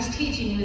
teaching